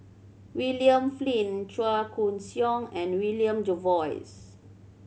William Flint Chua Koon Siong and William Jervois